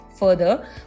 further